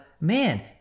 man